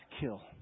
kill